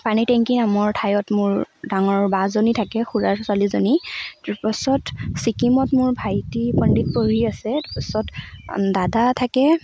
পানীটেংকী নামৰ ঠাইত মোৰ ডাঙৰ বাজনী থাকে খুৰাৰ ছোৱালীজনী তাৰপাছত চিকিমত মোৰ ভাইটি ভণ্টী পঢ়ি আছে তাৰপাছত দাদা থাকে